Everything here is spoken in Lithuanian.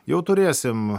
jau turėsim